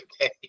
okay